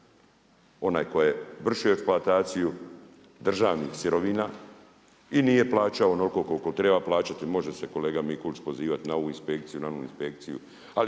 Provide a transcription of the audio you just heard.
onaj koji je vršio eksploataciju državnih sirovina i nije plaćao onoliko koliko treba plaćati, može se kolega Mikulić pozivati na ovu inspekciju, na onu inspekciju.